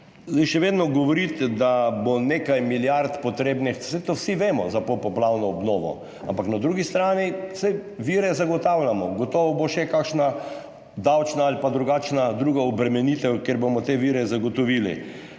Še vedno govorite, da bo nekaj milijard potrebnih za popoplavno obnovo – saj to vsi vemo. Ampak saj na drugi strani vire zagotavljamo. Gotovo bo še kakšna davčna ali pa drugačna, druga obremenitev, kjer bomo te vire zagotovili.